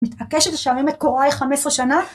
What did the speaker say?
מתעקשת לשעמם את קוראי 15 שנה?